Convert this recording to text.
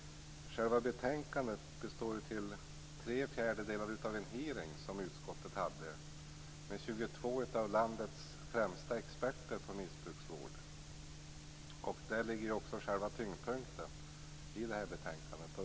Betänkandet består till tre fjärdedelar av en hearing som utskottet gjort med 22 av landets främsta experter på missbruksvård. Däri ligger också tyngdpunkten i betänkandet.